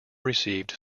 received